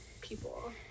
people